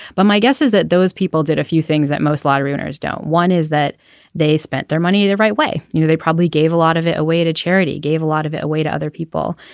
but my guess is that those people did a few things that most lottery winners don't. one is that they spent their money the right way. you know they probably gave a lot of it away to charity gave a lot of it away to other people.